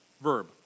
verb